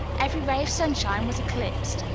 every ray of sunshine was eclipsed.